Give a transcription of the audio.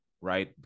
right